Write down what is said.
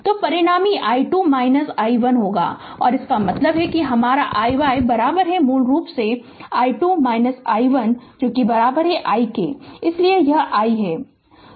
तो परिणामी i2 i1 होगा और इसका मतलब है कि हमारा i y मूल रूप से i2 i1 i है इसलिए यह i है